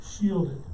shielded